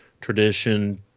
tradition